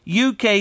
UK